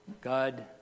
God